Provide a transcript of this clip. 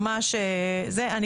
רק